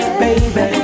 baby